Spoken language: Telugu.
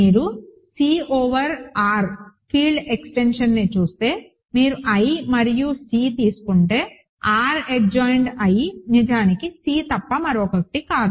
మీరు C ఓవర్ R ఫీల్డ్ ఎక్స్టెన్షన్ని చూస్తే మీరు i మరియు C తీసుకుంటే R అడ్జాయిన్డ్ I నిజానికి C తప్ప మరొకటి కాదు